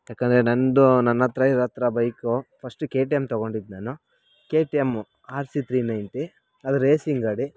ಯಾಕಂದರೆ ನನ್ನದು ನನ್ನ ಹತ್ರ ಇರತ್ರ bike first K T M ತಗೊಂಡಿದ್ದು ನಾನು K T M R C three ninety ಅದು ರೇಸಿಂಗ್ ಗಾಡಿ